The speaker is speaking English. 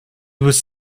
was